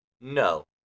No